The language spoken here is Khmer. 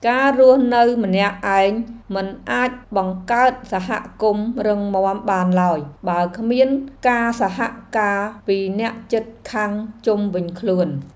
ការរស់នៅម្នាក់ឯងមិនអាចបង្កើតសហគមន៍រឹងមាំបានឡើយបើគ្មានការសហការពីអ្នកជិតខាងជុំវិញខ្លួន។